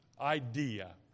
idea